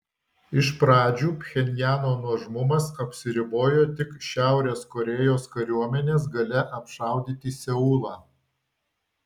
iš pradžių pchenjano nuožmumas apsiribojo tik šiaurės korėjos kariuomenės galia apšaudyti seulą